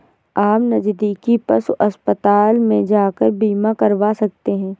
आप नज़दीकी पशु अस्पताल में जाकर बीमा करवा सकते है